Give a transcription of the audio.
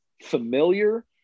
familiar